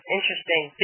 Interesting